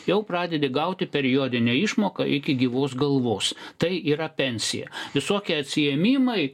jau pradedi gauti periodinę išmoką iki gyvos galvos tai yra pensija visokie atsiėmimai